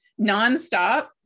nonstop